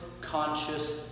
conscious